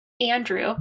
Andrew